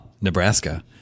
Nebraska